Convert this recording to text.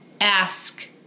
ask